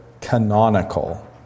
canonical